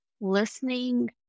listening